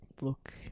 look